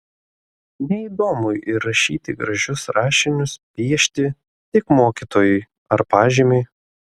neįdomu ir rašyti gražius rašinius piešti tik mokytojui ar pažymiui